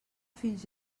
fins